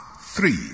three